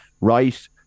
right